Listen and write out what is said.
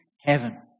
heaven